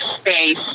space